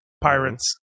Pirates